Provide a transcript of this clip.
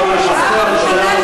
שבדקתי, זה לא מהות.